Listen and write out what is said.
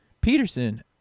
Peterson